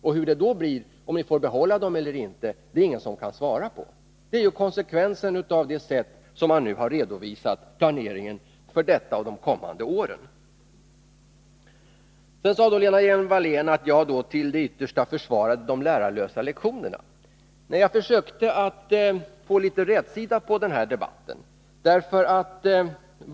Och hur det då blir, om man får behålla dem eller inte, är det ingen som kan säga. Det är ju konsekvensen av det som man nu har redovisat i planeringen för detta och de kommande åren. Sedan sade Lena Hjelm-Wallén att jag till det yttersta försvarade de lärarlösa lektionerna. Nej, jag försökte att få litet rätsida på denna debatt.